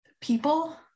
people